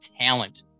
talent